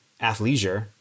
athleisure